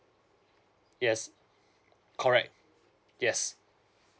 yes correct yes